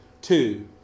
two